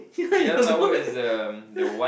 yeah you don't go